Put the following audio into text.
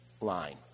line